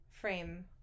frame